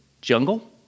jungle